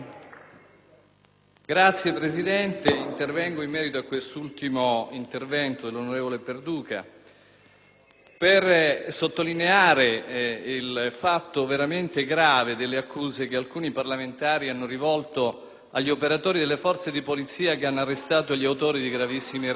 Signora Presidente, intervengo in merito a questo ultimo intervento dell'onorevole Perduca per sottolineare un fatto veramente grave rappresentato dalle accuse che alcuni parlamentari hanno rivolto agli operatori delle Forze di polizia che hanno arrestato gli autori di gravissimi reati.